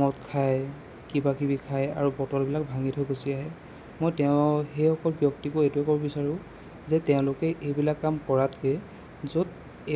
মদ খায় কিবাকিবি খায় আৰু বটলবিলাক ভাঙি থৈ গুচি আহে মই তেওঁ সেইসকল ব্যক্তিকো এইটো ক'ব বিচাৰোঁ যে তেওঁলোকে এইবিলাক কাম কৰাতকৈ য'ত